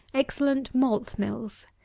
excellent malt-mills.